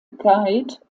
guide